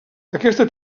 aquesta